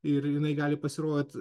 ir jinai gali pasirodyt